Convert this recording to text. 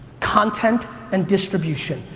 content and distribution.